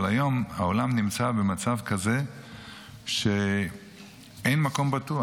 אבל היום העולם נמצא במצב כזה שאין מקום בטוח.